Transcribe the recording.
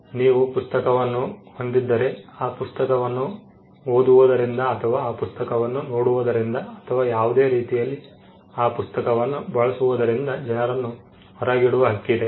ನೀವು ಪುಸ್ತಕವನ್ನು ಹೊಂದಿದ್ದರೆ ಆ ಪುಸ್ತಕವನ್ನು ಓದುವುದರಿಂದ ಅಥವಾ ಆ ಪುಸ್ತಕವನ್ನು ನೋಡುವುದರಿಂದ ಅಥವಾ ಯಾವುದೇ ರೀತಿಯಲ್ಲಿ ಆ ಪುಸ್ತಕವನ್ನು ಬಳಸುವುದರಿಂದ ಜನರನ್ನು ಹೊರಗಿಡುವ ಹಕ್ಕಿದೆ